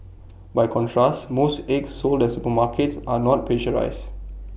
by contrast most eggs sold at supermarkets are not pasteurised